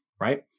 right